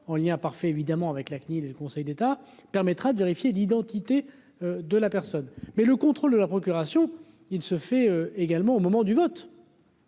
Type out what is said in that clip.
en lien parfait évidemment avec la CNIL et le Conseil d'État permettra de vérifier d'identité de la personne, mais le contrôle de la procuration, il se fait également au moment du vote,